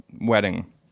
wedding